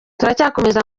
turacyakomeza